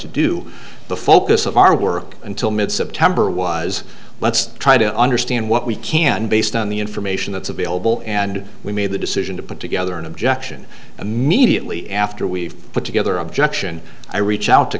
to do the focus of our work until mid september was let's try to understand what we can based on the information that's available and we made the decision to put together an objection immediately after we've put together objection i reach out to